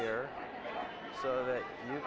here you